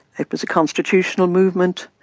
it was a constitutional movement.